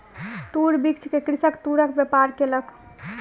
तूर बीछ के कृषक तूरक व्यापार केलक